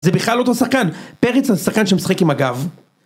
זה בכלל לא אותו שחקן, פרץ זה שחקן שמשחק עם הגב